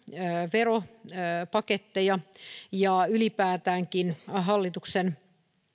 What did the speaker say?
veropaketteja ja ylipäätäänkin hallituksen